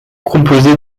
composé